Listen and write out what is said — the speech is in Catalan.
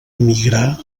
migrar